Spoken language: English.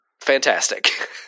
Fantastic